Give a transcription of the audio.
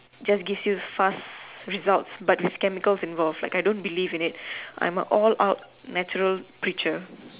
just give you fast result but with chemical involved like I don't believe in it I'm a all out natural creature